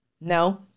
No